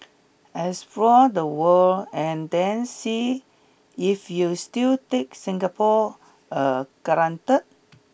explore the world and then see if you still take Singapore a granted